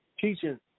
teaching